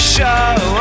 Show